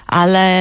ale